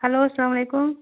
hello اسلام علیکُم